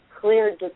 clear